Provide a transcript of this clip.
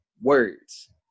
words